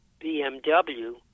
BMW